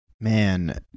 man